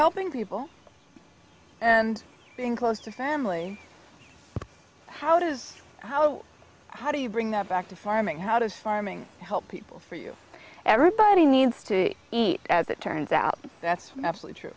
helping people and being close to family how does how how do you bring them back to farming how does farming help people for you everybody needs to eat as it turns out that's actually true